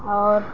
اور